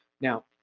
Now